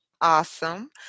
Awesome